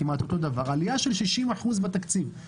יש עלייה של 60% בתקציב.